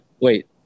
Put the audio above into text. Wait